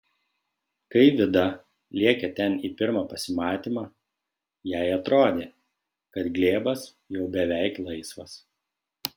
kai vida lėkė ten į pirmą pasimatymą jai atrodė kad glėbas jau beveik laisvas